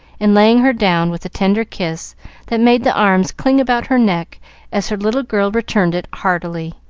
and laying her down with a tender kiss that made the arms cling about her neck as her little girl returned it heartily,